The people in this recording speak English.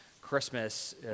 Christmas